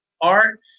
art